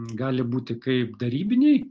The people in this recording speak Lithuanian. gali būti kaip darybiniai